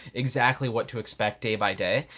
exactly what to expect day by day.